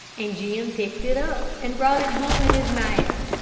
and jim picked it up, and brought it home in his mouth.